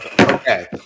Okay